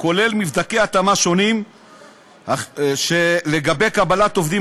הכולל מבדקי התאמה שונים לגבי קבלת עובדים